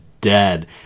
dead